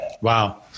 Wow